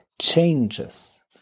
changes